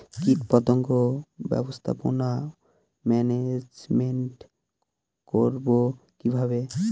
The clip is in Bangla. কীটপতঙ্গ ব্যবস্থাপনা ম্যানেজমেন্ট করব কিভাবে?